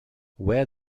where